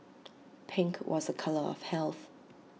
pink was A colour of health